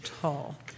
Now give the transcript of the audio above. tall